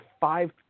five